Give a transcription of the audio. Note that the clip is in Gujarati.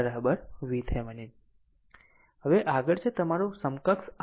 હવે આગળ છે તમારું સમકક્ષ RThevenin છે